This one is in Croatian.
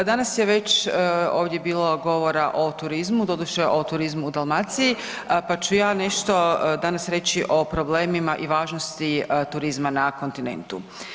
Danas je već ovdje bilo govora o turizmu, doduše o turizmu u Dalmaciji, pa ću ja nešto danas reći o problemima i važnosti turizma na kontinentu.